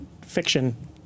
fiction